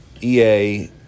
EA